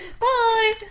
Bye